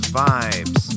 vibes